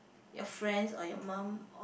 your friends or your mum